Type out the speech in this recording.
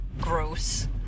gross